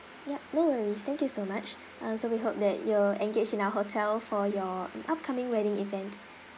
yup no worries thank you so much uh so we hope that you'll engage in our hotel for your upcoming wedding event